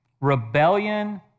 rebellion